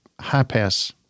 high-pass